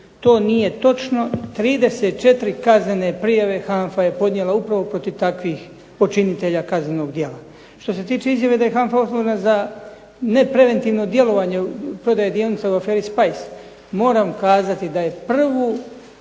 To nije točno. 34 kaznene prijave HANFA je podnijela upravo protiv takvih počinitelja kaznenog djela. Što se tiče izjave da je HANFA osnovana za nepreventivno djelovanje prodaje dionica u aferi SPICE, moram kazati da je prvu